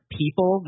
people